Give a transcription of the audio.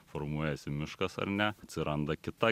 formuojasi miškas ar ne atsiranda kita